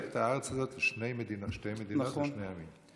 את הארץ הזאת לשתי מדינות לשני עמים.